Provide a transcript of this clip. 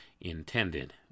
intended